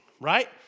right